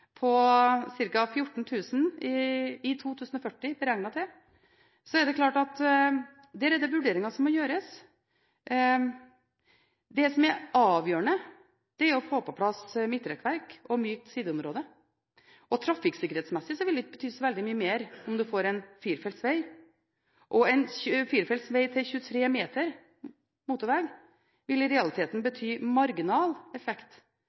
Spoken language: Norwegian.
i 2040, er det klart at der er det vurderinger som må gjøres. Det som er avgjørende, er å få på plass midtrekkverk og mykt sideområde. Trafikksikkerhetsmessig vil det ikke bety så veldig mye mer om du får en firefelts veg. En firefelts veg med 23 meter bredde ville i realiteten ha marginal effekt,